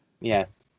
Yes